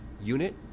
unit